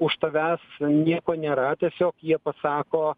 už tavęs nieko nėra tiesiog jie pasako